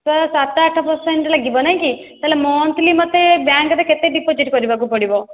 sir ସାତ ଆଠ percent ଲାଗିବ ନାହିଁ କି ତା'ହେଲେ ମନ୍ଥଲି ମୋତେ ବ୍ୟାଙ୍କ୍ରେ କେତେ ଡିପୋଜିଟ୍ କରିବାକୁ ପଡ଼ିବ